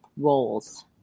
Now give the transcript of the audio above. roles